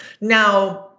Now